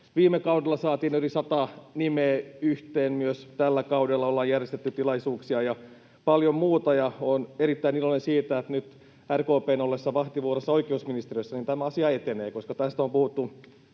viime kaudella saatiin yli sata nimeä yhteen. Myös tällä kaudella ollaan järjestetty tilaisuuksia ja paljon muuta, ja olen erittäin iloinen siitä, että nyt, RKP:n ollessa vahtivuorossa oikeusministeriössä, tämä asia etenee, koska tästä on puhuttu